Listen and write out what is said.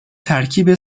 ترکیب